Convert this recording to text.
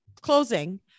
closing